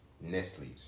Nestle's